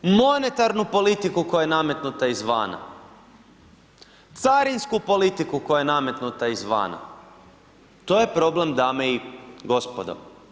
Monetarnu politiku koja je nametnuta izvana, carinsku politiku koja je nametnuta izvana, to je problem dame i gospodo.